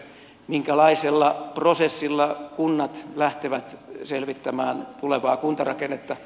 minkälaisella prosessilla kunnat lähtevät selvittämään tulevaa kuntarakennetta